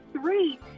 three